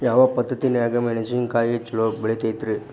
ಯಾವ ಪದ್ಧತಿನ್ಯಾಗ ಮೆಣಿಸಿನಕಾಯಿ ಛಲೋ ಬೆಳಿತೈತ್ರೇ?